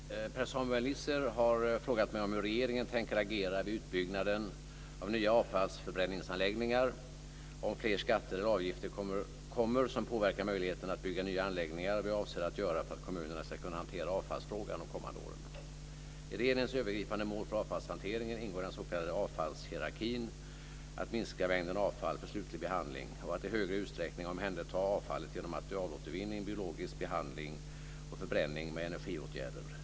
Fru talman! Per-Samuel Nisser har frågat mig om hur regeringen tänker agera vid utbyggnaden av nya avfallsförbränningsanläggningar, om fler skatter eller avgifter kommer som påverkar möjligheten att bygga nya anläggningar och vad jag avser att göra för att kommunerna ska kunna hantera avfallsfrågan de kommande åren. I regeringens övergripande mål för avfallshanteringen ingår i den s.k. avfallshierarkin att minska mängden avfall för slutlig behandling och att i större utsträckning omhänderta avfallet genom materialåtervinning, biologisk behandling och förbränning med energiutvinning.